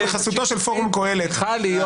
במסמך פורמלי.